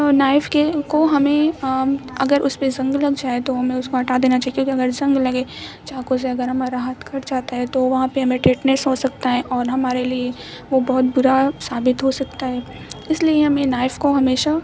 knife کے کو ہمیں اگر اس پہ زنگ لگ جائے تو ہمیں اس کو ہٹا دینا چاہیے کیونکہ اگر زنگ لگے چاقو سے اگر ہمارا ہاتھ کٹ جاتا ہے تو وہاں پہ ہمیں ٹیٹنس ہو سکتا ہے اور ہمارے لیے وہ بہت برا ثابت ہو سکتا ہے اس لیے ہمیں نائف کو ہمیشہ